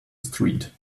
street